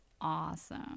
awesome